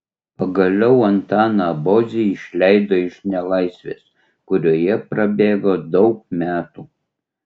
pagaliau antaną bozį išleido iš nelaisvės kurioje prabėgo daug metų